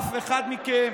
אף אחד מכם,